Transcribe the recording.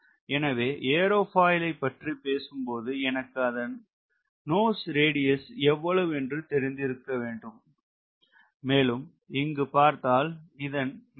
எனவே நாம் ஏரோபாயிலை பற்றி பேசும் போது எனக்கு அதன் மூக்கு ஆரம் எவ்வளவு என்று தெரிந்திருக்க வேண்டும் மேலும் இங்கு பார்த்தால் இதன் மாக் நம்பர் ஆனது 0